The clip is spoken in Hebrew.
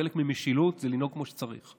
חלק ממשילות זה לנהוג כמו שצריך.